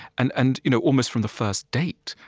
and and you know almost from the first date.